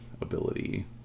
ability